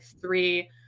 three